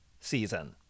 season